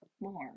more